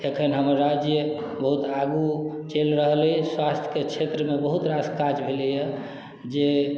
एखन हमर राज्य बहुत आगू चलि रहल अछि स्वास्थ के क्षेत्र मे बहुत रास काज भेलैया जे